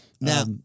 Now